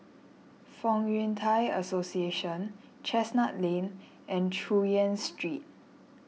Fong Yun Thai Association Chestnut Lane and Chu Yen Street